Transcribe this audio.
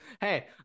Hey